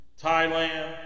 Thailand